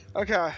okay